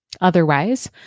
Otherwise